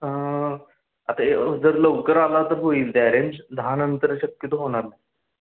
आता ए जर लवकर आला तर होईल ते अरेंज दहानंतर शक्यतो होणार नाही